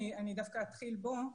אני דווקא אתחיל בו,